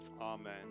Amen